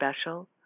special